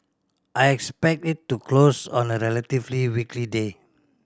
I expect it to close on a relatively weakly day